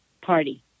party